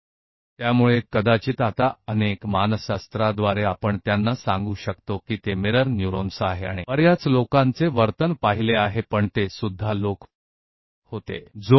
इसलिए बहुत सारे मनोविज्ञान के माध्यम से शायद अब हम उन्हें बता सकते हैं कि यह मिरर न्यूरॉन्स है और सभी ने लोगों के व्यवहार का अवलोकन किया है लेकिन वह भी लोग ही थे जो अन्य लोगों को देख रहे थे